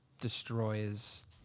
destroys